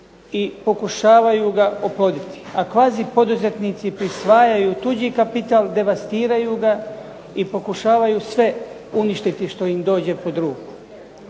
i pokušavaju ga oploditi, a kvazi poduzetnici prisvajaju tuđi kapital, devastiraju ga i pokušavaju sve uništiti što im dođe pod ruku.